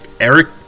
Eric